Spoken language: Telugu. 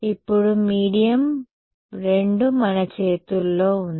ఇప్పుడు మీడియం 2 మన చేతుల్లో ఉంది